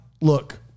look